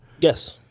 Yes